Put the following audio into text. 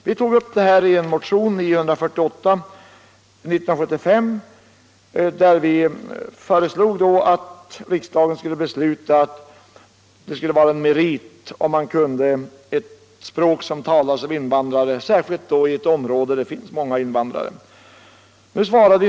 Vi tog upp denna fråga i motionen 1975:948, där vi föreslog att riksdagen måtte besluta att det skulle vara en merit att kunna ett språk som talas av invandrare, särskilt i områden med många invandrare.